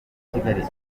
kigali